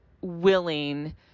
willing